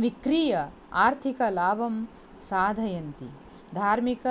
विक्रीय आर्थिकलाभं साधयन्ति धार्मिक